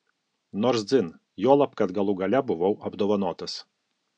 nors dzin juolab kad galų gale buvau apdovanotas